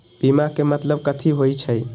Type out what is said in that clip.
बीमा के मतलब कथी होई छई?